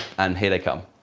and here they come.